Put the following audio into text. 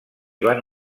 van